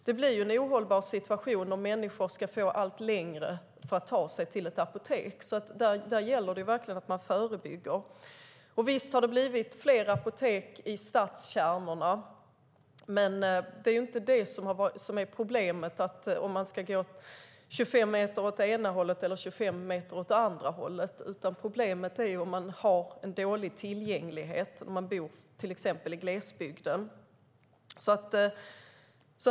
Det blir en ohållbar situation om människor får allt längre till ett apotek. Där gäller det verkligen att förebygga. Visst har vi fått fler apotek i stadskärnorna, men problemet är inte om man ska gå 25 meter åt det ena eller det andra hållet. Problemet är dålig tillgänglighet när man till exempel bor i glesbygden.